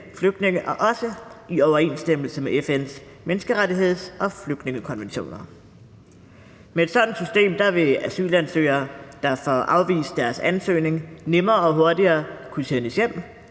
deres sager, også i overensstemmelse med FN's menneskerettigheds- og flygtningekonventioner. Med et sådant system vil asylansøgere, der får afvist deres ansøgning, nemmere og hurtigere kunne sendes hjem,